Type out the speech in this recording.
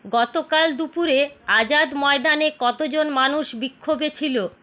গতকাল দুপুরে আজাদ ময়দানে কতজন মানুষ বিক্ষোভে ছিল